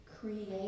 create